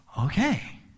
okay